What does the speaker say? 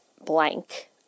blank